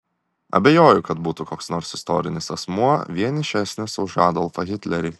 abejoju kad būtų koks nors istorinis asmuo vienišesnis už adolfą hitlerį